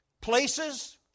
Places